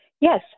Yes